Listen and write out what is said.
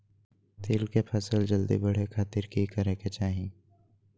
तिल के फसल जल्दी बड़े खातिर की करे के चाही?